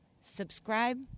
Subscribe